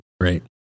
Right